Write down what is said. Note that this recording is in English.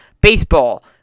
baseball